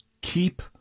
Keep